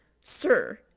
sir